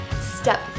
Step